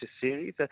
series